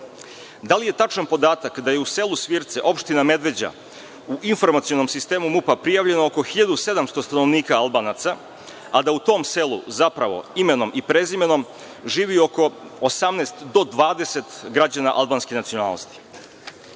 li je tačan podatak da je u selu Svirce, opština Medveđa u informacionom sistemu MUP-a prijavljeno oko 1700 stanovnika Albanaca, a da u tom selu zapravo imenom i prezimenom živi oko 18 do 20 građana albanske nacionalnosti?